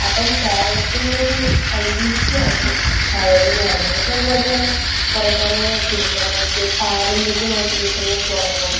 അപ്പം കേരളത്തിൻ്റ ഒരു ഐഡന്റ്റിറ്റി ആയിരുന്നു കയർ എന്ന് പറയുന്നത് പിന്നെ അതുപോലെത്തന്നെ കുറേ കുറേ കുടുംബങ്ങൾക്ക് പാരമ്പര്യമായിട്ട് കിട്ടുന്ന സ്വർണ്ണം